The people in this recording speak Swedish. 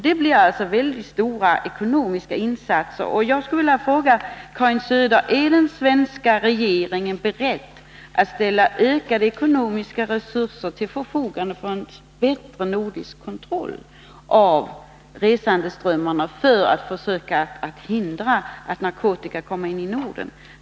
Det är då fråga om stora ekonomiska insatser, och jag skulle vilja fråga Karin Söder: Är den svenska regeringen beredd att ställa ökade ekonomiska resurser till förfogande för en bättre nordisk kontroll av resandeströmmarna för att försöka hindra att narkotika kommer in i Norden?